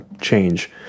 change